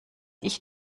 ich